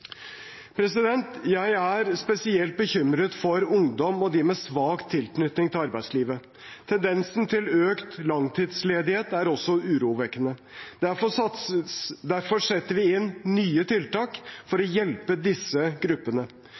Jeg er spesielt bekymret for ungdom og de med svak tilknytning til arbeidslivet. Tendensen til økt langtidsledighet er også urovekkende. Derfor setter vi inn nye tiltak for å hjelpe disse gruppene.